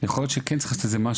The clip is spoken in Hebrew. יכול להיות שכן צריך לעשות משהו